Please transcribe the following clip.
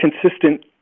consistent